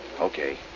Okay